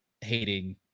hating